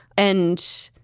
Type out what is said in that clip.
and